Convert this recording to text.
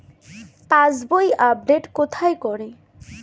পাসবই update কোথায় করে?